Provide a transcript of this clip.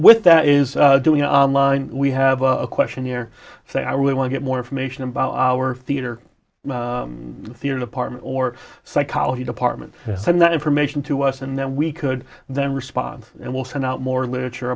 with that is doing a line we have a question here say i really want to get more information about our theater theater department or psychology department and that information to us and then we could then respond and we'll send out more literature